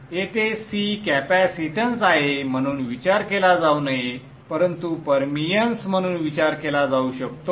येथे C capacitance आहे म्हणून विचार केला जाऊ नये परंतु परमिअन्स म्हणून विचार केला जाऊ शकतो